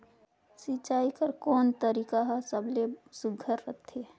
सिंचाई कर कोन तरीका हर सबले सुघ्घर रथे?